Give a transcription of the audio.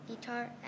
guitar